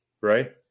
Right